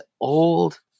old